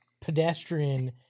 pedestrian